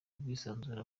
ubwisanzure